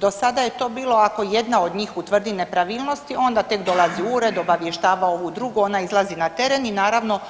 Do sada je to bilo ako jedna od njih utvrdi nepravilnosti onda tek dolazi u ured, obavještava ovu drugu, ona izlazi na teren i naravno